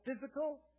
physical